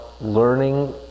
learning